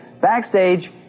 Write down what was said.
backstage